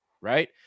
right